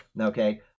Okay